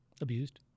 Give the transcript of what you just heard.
Abused